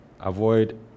avoid